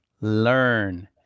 Learn